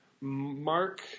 Mark